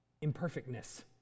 imperfectness